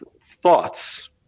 thoughts